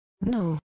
No